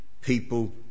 people